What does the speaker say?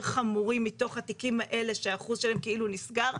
חמורים מתוך התיקים האלה שהאחוז שלהם כאילו נסגר,